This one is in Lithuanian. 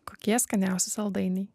kokie skaniausi saldainiai